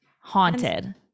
Haunted